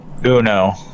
uno